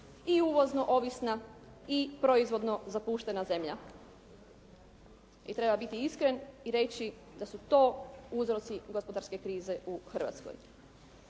i uvozno ovisna i proizvodno zapuštena zemlja. I treba biti iskren i reći da su to uzroci gospodarske krize u Hrvatskoj.